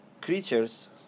creatures